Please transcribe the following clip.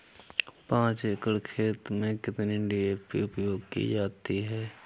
पाँच एकड़ खेत में कितनी डी.ए.पी उपयोग की जाती है?